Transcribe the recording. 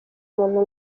umuntu